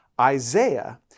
Isaiah